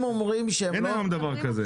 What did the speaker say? אין היום דבר כזה.